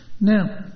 Now